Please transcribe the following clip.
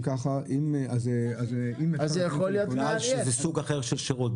זה סוג אחר של שירות.